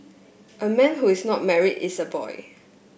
a man who is not married is a boy